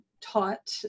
taught